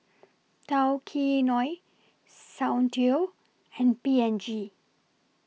Tao Kae Noi Soundteoh and P and G